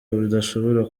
bidashobora